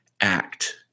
act